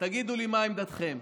תגידו לי מה עמדתכם: